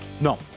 No